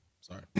Sorry